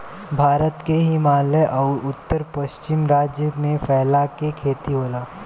भारत के हिमालय अउर उत्तर पश्चिम राज्य में फैला के खेती होला